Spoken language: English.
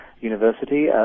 University